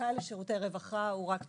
זכאי לשירותי רווחה, הוא רק תושב.